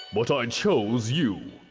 but i chose you.